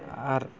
ᱟᱨ